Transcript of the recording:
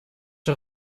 een